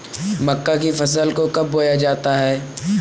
मक्का की फसल को कब बोया जाता है?